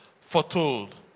foretold